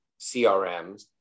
CRMs